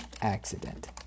accident